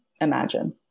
imagine